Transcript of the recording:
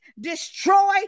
destroy